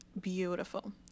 beautiful